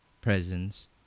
presence